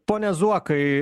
pone zuokai